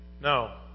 No